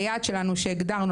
היעד שלנו שבהתחלה הגדרנו,